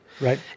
Right